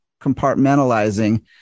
compartmentalizing